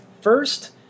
first